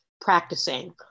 practicing